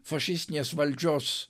fašistinės valdžios